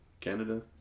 Canada